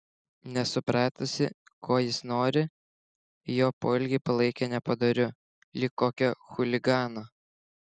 nesupratusi ko jis nori jo poelgį palaikė nepadoriu lyg kokio chuligano